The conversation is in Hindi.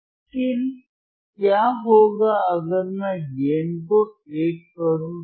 लेकिन क्या होगा अगर मैं गेन को 1 करूं तो